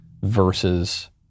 versus